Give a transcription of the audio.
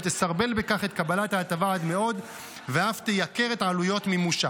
תסרבל בכך את קבלת ההטבה עד מאוד ואף תייקר את עלויות מימושה.